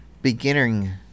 beginning